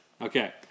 Okay